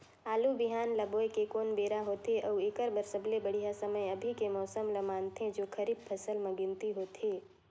आलू बिहान ल बोये के कोन बेरा होथे अउ एकर बर सबले बढ़िया समय अभी के मौसम ल मानथें जो खरीफ फसल म गिनती होथै?